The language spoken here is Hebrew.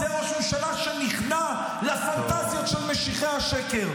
זה ראש ממשלה שנכנע לפנטזיות של משיחי השקר.